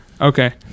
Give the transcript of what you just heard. Okay